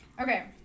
okay